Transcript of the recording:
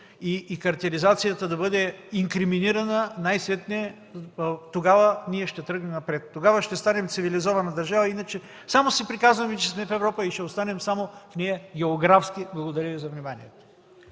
Картелизацията да бъде инкриминирана и най-сетне тогава ние ще тръгнем напред. Тогава ще станем цивилизована държава, а иначе само си приказваме, че сме в Европа и ще останем само в нея географски. Благодаря Ви за вниманието.